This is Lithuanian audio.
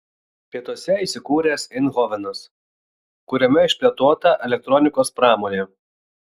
pietuose įsikūręs eindhovenas kuriame išplėtota elektronikos pramonė